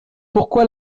pourquoi